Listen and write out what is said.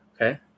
Okay